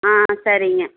ஆ சரிங்க